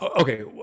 okay